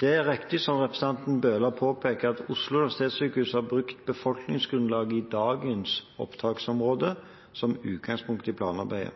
Det er riktig som representanten Bøhler påpeker, at Oslo universitetssykehus har brukt befolkningsgrunnlaget i dagens opptaksområde som utgangspunkt i planarbeidet.